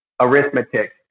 arithmetic